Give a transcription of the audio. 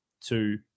two